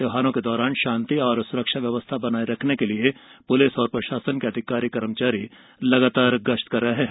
त्यौहार के दौरान शांति और सुरक्षा व्यवस्था बनाए रखने के लिए पुलिस और प्रशासन के अधिकारी कर्मचारी लगातार गश्त कर रहे हैं